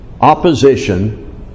opposition